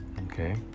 okay